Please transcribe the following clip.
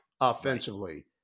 offensively